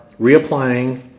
reapplying